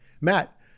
Matt